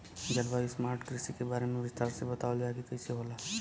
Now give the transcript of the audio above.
जलवायु स्मार्ट कृषि के बारे में विस्तार से बतावल जाकि कइसे होला?